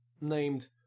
named